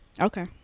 Okay